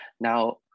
now